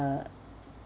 uh